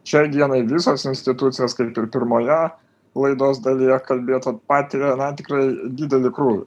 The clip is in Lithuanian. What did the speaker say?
šiai dienai visos institucijos kaip ir pirmoje laidos dalyje kalbėta patiria na tikrai didelį krūvį